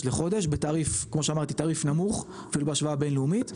לחודש בתעריף כמו שאמרתי תעריף נמוך אפילו בהשוואה בינלאומית,